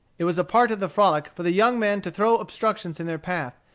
it was a part of the frolic for the young men to throw obstructions in their path,